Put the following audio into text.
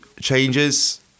changes